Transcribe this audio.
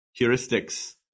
heuristics